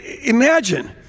imagine